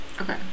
Okay